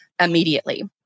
immediately